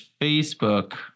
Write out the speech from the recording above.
Facebook